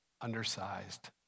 undersized